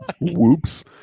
whoops